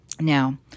Now